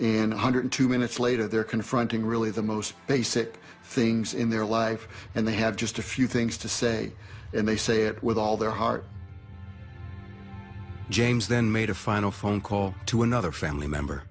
one hundred two minutes later they're confronting really the most basic things in their life and they have just a few things to say and they say it with all their heart james then made a final phone call to another family member